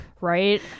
Right